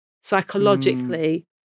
psychologically